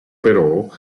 però